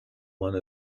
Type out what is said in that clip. one